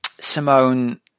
simone